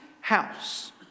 house